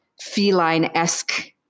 feline-esque